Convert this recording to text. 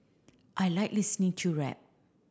I like listening to rap